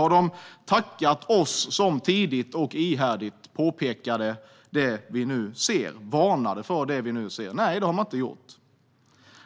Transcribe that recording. Har de tackat oss som tidigt och ihärdigt varnade för det som nu sker? Nej, det har de inte gjort.